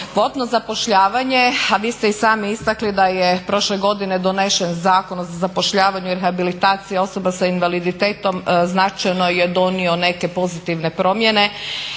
… zapošljavanje, a vi ste i sami istakli da je prošle godine donošen Zakon o zapošljavanju i rehabilitaciji osoba s invaliditetom značajno je donio neke pozitivne promjene